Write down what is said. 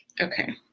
okay